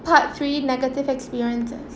part three negative experiences